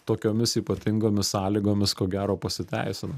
tokiomis ypatingomis sąlygomis ko gero pasiteisino